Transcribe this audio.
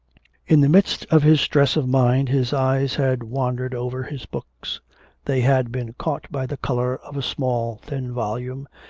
in the midst of his stress of mind his eyes had wandered over his books they had been caught by the colour of a small thin volume,